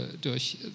durch